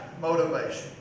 motivation